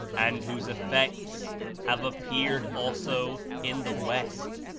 and whose effects have appeared also in the west,